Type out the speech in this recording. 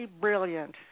brilliant